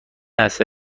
است